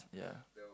ya